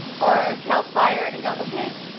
or cal fire and go, okay,